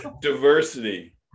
Diversity